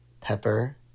pepper